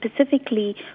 specifically